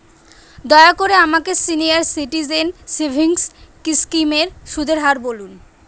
দয়া করে আমাকে সিনিয়র সিটিজেন সেভিংস স্কিমের সুদের হার বলুন